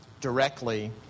directly